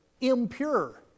impure